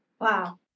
Wow